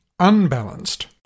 unbalanced